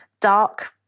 dark